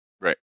Right